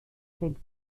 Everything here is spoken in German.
stellt